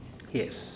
yes